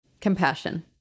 Compassion